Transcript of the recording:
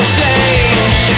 change